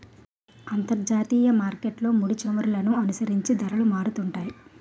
అంతర్జాతీయ మార్కెట్లో ముడిచమురులను అనుసరించి ధరలు మారుతుంటాయి